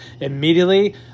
Immediately